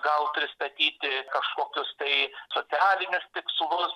gal pristatyti kažkokius tai socialinius tikslus